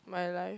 my life